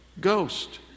Ghost